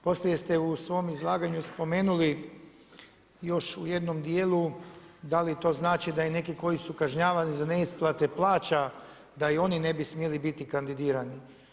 Poslije ste u svom izlaganju spomenuli još u jednom dijelu da li to znači da i neki koji su kažnjavani za neisplate plaća da i oni ne bi smjeli biti kandidirani.